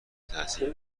تاثیر